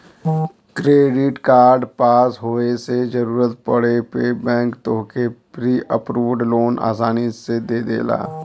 credit card पास होये से जरूरत पड़े पे बैंक तोहके प्री अप्रूव्ड लोन आसानी से दे देला